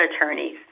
attorneys